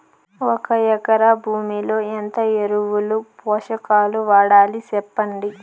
ఒక ఎకరా భూమిలో ఎంత ఎరువులు, పోషకాలు వాడాలి సెప్పండి?